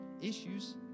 issues